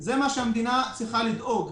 לזה המדינה צריכה לדאוג.